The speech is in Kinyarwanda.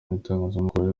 n’itangazamakuru